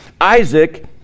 Isaac